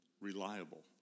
reliable